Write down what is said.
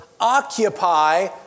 occupy